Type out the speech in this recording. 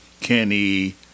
Kenny